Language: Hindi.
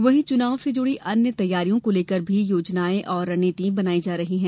वहीं चुनाव से जुड़ी अन्य तैयारियों को लेकर भी योजनायें व रणनीति बनाई जा रही हैं